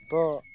ᱛᱚ